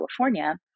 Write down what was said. California